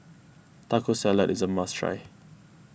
Taco Salad is a must try